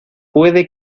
puede